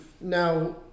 Now